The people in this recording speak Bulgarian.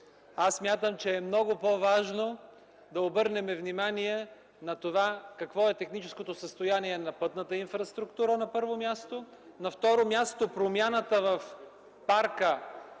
Аз смятам, че е много по-важно да обърнем внимание на това какво е техническото състояние на пътната инфраструктура – на първо място, на второ място – промяната в